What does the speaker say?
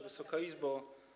Wysoka Izbo!